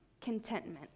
contentment